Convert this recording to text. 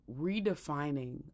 redefining